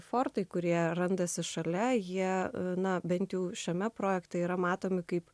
fortai kurie randasi šalia jie na bent jau šiame projekte yra matomi kaip